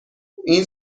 این